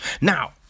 Now